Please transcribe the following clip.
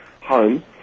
home